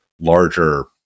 larger